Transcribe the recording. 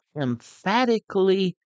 emphatically